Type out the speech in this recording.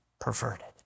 perverted